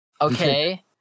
Okay